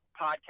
podcast